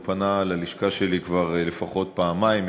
והוא פנה ללשכה שלי כבר לפחות פעמיים,